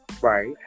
Right